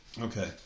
Okay